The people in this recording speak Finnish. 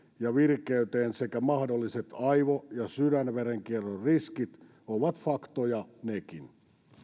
ja virkeyteen sekä mahdolliset aivo ja sydänverenkierron riskit ovat faktoja nekin